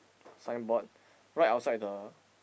signboard right outside the